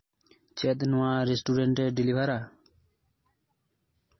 ᱪᱮᱫ ᱱᱚᱣᱟ ᱨᱮᱥᱴᱩᱨᱮᱱᱴ ᱨᱮ ᱰᱮᱞᱤᱵᱷᱟᱨᱟ